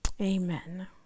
Amen